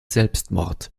selbstmord